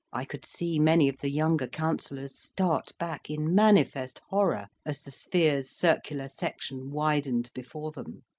i could see many of the younger counsellors start back in manifest horror, as the sphere's circular section widened before them.